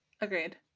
Agreed